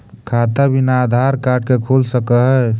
खाता बिना आधार कार्ड के खुल सक है?